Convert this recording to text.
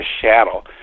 shadow